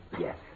Yes